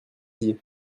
dit